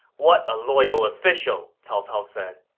what a loyal official! cao cao said.